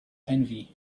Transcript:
envy